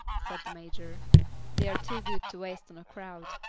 said the major they're too good to waste on a crowd.